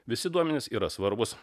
visi duomenys yra svarbūs